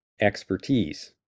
expertise